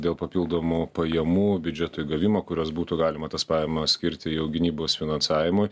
dėl papildomų pajamų biudžetui gavimo kuriuos būtų galima tas pajamas skirti jau gynybos finansavimui